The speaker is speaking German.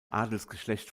adelsgeschlecht